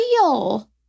real